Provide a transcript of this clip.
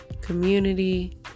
community